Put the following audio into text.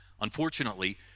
Unfortunately